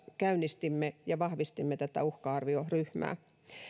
käynnistimme ja vahvistimme poliisissa tätä uhka arvioryhmää